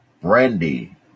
Brandy